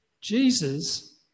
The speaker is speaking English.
Jesus